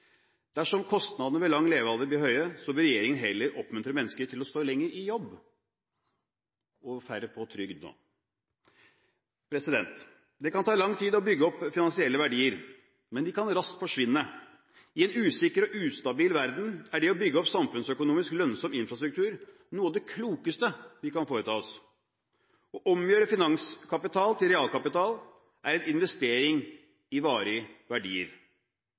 Dersom kostnadene ved lang levealder blir høye, bør regjeringen heller oppmuntre mennesker til å stå lenger i jobb – færre på trygd. Det kan ta lang tid å bygge opp finansielle verdier, men de kan raskt forsvinne. I en usikker og ustabil verden er det å bygge opp samfunnsøkonomisk lønnsom infrastruktur noe av det klokeste vi kan foreta oss. Å omgjøre finanskapital til realkapital er en investering i varige verdier.